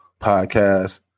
Podcast